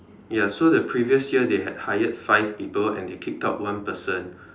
ya so the previous year they had hired five people and they kicked out one person